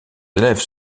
élèves